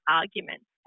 arguments